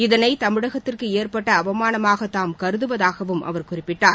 இதனை தமிழகத்திற்கு ஏற்பட்ட அவமானமாக தாம் கருதுவதாகவும் அவர் குறிப்பிட்டார்